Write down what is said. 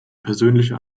persönliche